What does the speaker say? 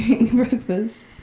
breakfast